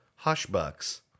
hushbucks